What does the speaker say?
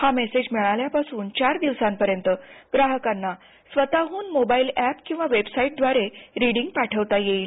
हा मेसेज मिळाल्यापासून चार दिवसांपर्यंत ग्राहकांना स्वतःहन मोबाईल एप किंवा वेबसाईटद्वारे रिडींग पाठविता येईल